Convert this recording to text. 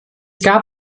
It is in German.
gab